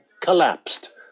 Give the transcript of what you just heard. collapsed